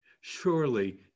surely